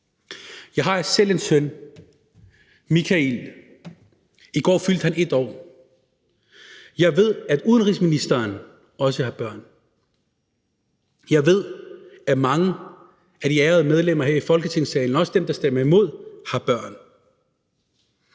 Jeg har selv en søn, Mikael, og i går fyldte han 1 år. Jeg ved, at udenrigsministeren også har børn. Jeg ved, at mange af de ærede medlemmer her i Folketingssalen, også dem, der stemmer imod, har børn,